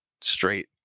straight